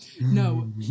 no